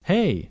Hey